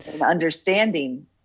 understanding